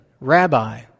Rabbi